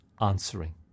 answering